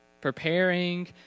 preparing